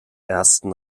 ersten